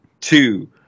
two